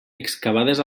excavades